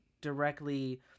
directly